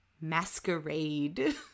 Masquerade